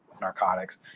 narcotics